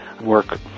work